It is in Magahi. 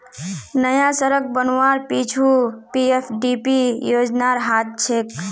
नया सड़क बनवार पीछू पीएफडीपी योजनार हाथ छेक